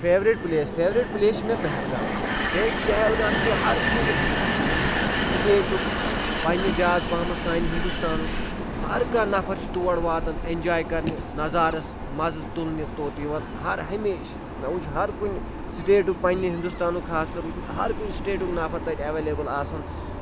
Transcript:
favourite place favourite place چھُ مےٚ پہلگام کیٛازِ پہلگام چھُ ہر کُنہِ سِٹیٹُک پنٛنہِ زیادٕ پَہمَتھ سانہِ ہِندوستانُک ہر کانٛہہ نَفر چھُ تور واتان اینجاے کرنہِ نَظارَس مَزٕ تُلنہِ توٚت یِوان ہر ہمیشہٕ مےٚ وُچھ ہر کُنہِ سِٹیٹُک پنٛنہِ ہِندوستانُک خاص کر وُچھ مےٚ ہر کُنہِ سِٹیٹُک نَفر تَتہِ ایولیبل آسان